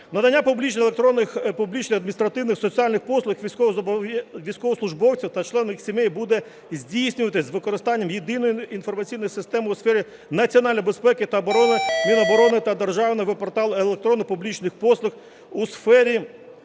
публічних адміністративних соціальних послуг військовослужбовцю та членам їх сімей буде здійснюватися з використанням єдиної інформаційної системи у сфері національної безпеки та оборони Міноборони та Державного вебпорталу електронних публічних послуг у сфері